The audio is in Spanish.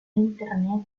internet